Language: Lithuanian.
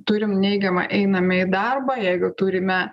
turim neigiamą einame į darbą jeigu turime